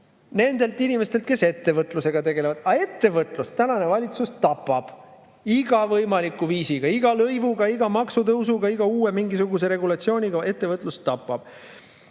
Nendelt inimestelt, kes ettevõtlusega tegelevad. Aga ettevõtlust tänane valitsus tapab igal võimalikul viisil – iga lõivuga, iga maksutõusuga, iga uue mingisuguse regulatsiooniga valitsus ettevõtlust tapab.